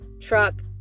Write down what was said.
truck